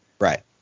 Right